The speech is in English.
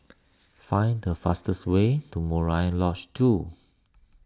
find the fastest way to Murai Lodge two